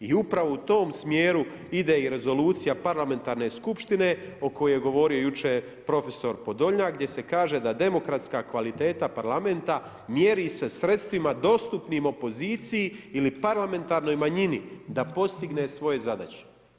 I upravo u tom smjeru ide i Rezolucija parlamentarne skupštine o kojoj je govorio jučer prof. Podolnjak gdje se kaže da demokratska kvaliteta parlamenta mjeri se sredstvima dostupnim opoziciji ili parlamentarnoj manjini da postigne svoje zadaće.